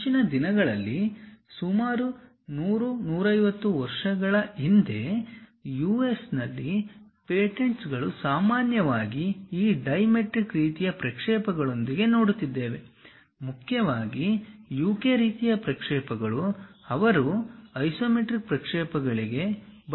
ಮುಂಚಿನ ದಿನಗಳಲ್ಲಿ ಸುಮಾರು 100 150 ವರ್ಷಗಳ ಹಿಂದೆ ಯುಎಸ್ನಲ್ಲಿ ಪೇಟೆಂಟ್ಗಳು ಸಾಮಾನ್ಯವಾಗಿ ಈ ಡೈಮೆಟ್ರಿಕ್ ರೀತಿಯ ಪ್ರಕ್ಷೇಪಗಳೊಂದಿಗೆ ನೋಡುತ್ತಿದ್ದೇವೆ ಮುಖ್ಯವಾಗಿ ಯುಕೆ ರೀತಿಯ ಪ್ರಕ್ಷೇಪಗಳು ಅವರು ಐಸೊಮೆಟ್ರಿಕ್ ಪ್ರಕ್ಷೇಪಗಳಿಗೆ ಬಳಸಲು ಪ್ರಯತ್ನಿಸುತ್ತಾರೆ